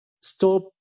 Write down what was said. Stop